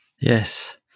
yes